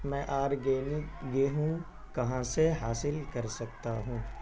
میں آرگینک گیہوں کہاں سے حاصل کر سکتا ہوں